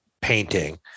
painting